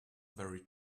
very